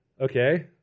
Okay